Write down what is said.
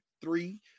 three